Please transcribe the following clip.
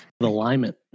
Alignment